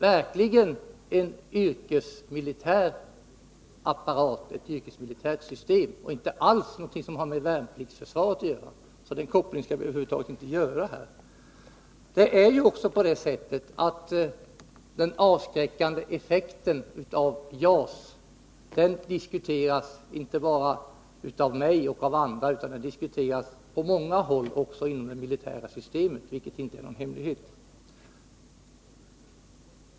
Det är verkligen ett yrkesmilitärt system och inte alls någonting som har med värnpliktsförsvaret att göra. Den kopplingen skall vi över huvud taget inte göra. Också den avskräckande effekten av JAS diskuteras inte bara här av mig och andra utan också på många håll inom det militära systemet, vilket inte är någon hemlighet.